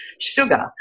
sugar